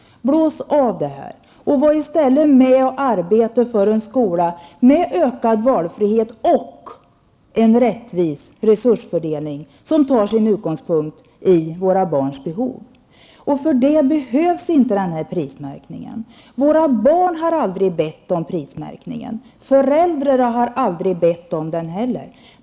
Blås av det här och var i stället med och arbeta för en skola med ökad valfrihet och rättvis resursfördelning som tar sin utgångspunkt i våra barns behov! För det behövs inte den här prismärkningen. Våra barn har aldrig bett om prismärkningen. Föräldrarna har aldrig bett om den heller.